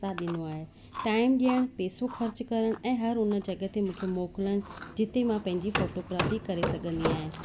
साथ ॾिञो आहे टाइम ॾियणु पैसो ख़र्च करणु ऐं हर उन जॻह ते मूंखे मोकिलण जिते मां पंहिंजी फोटोग्राफी करे सघंदी आहियां